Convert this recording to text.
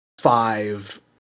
five